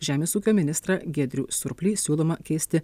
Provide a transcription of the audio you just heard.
žemės ūkio ministrą giedrių surplį siūloma keisti